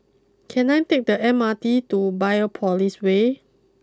can I take the M R T to Biopolis way